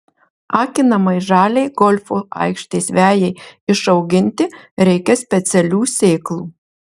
akinamai žaliai golfo aikštės vejai išauginti reikia specialių sėklų